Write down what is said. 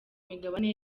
migabane